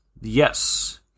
Yes